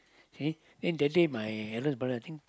see then that day my eldest brother think